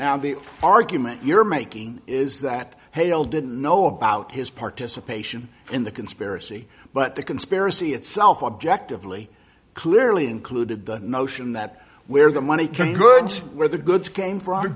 argument you're making is that hale did know about his participation in the conspiracy but the conspiracy itself objectively clearly included the notion that where the money can goods where the goods came for our